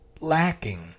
lacking